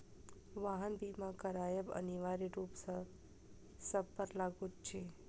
वाहन बीमा करायब अनिवार्य रूप सॅ सभ पर लागू अछि